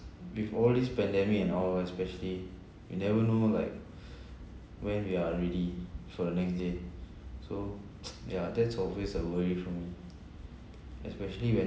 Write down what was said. with all these pandemic and all especially you never know like when we are ready for the next day so yeah that's always a worry for me especially when